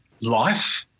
life